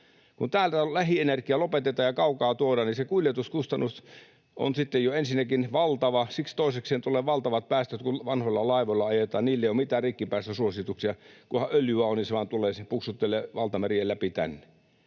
lähienergia lopetetaan ja kaukaa tuodaan, niin se kuljetuskustannus on sitten jo ensinnäkin valtava. Siksi toisekseen tulee valtavat päästöt, kun vanhoilla laivoilla ajetaan. Niille ei ole mitään rikkipäästösuosituksia — kunhan öljyä on, niin ne vaan tulevat, puksuttelevat valtamerien läpi tänne.